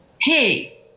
hey